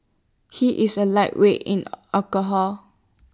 he is A lightweight in alcohol